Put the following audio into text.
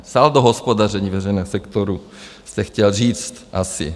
Saldo hospodaření veřejného sektoru jste chtěl říct asi...